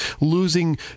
losing